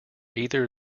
either